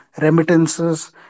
remittances